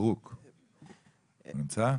נמצא?